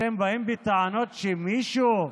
אתם באים בטענות שמישהו,